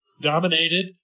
dominated